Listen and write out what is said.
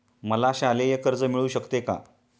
मला शालेय कर्ज मिळू शकते का?